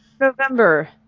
November